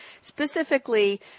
Specifically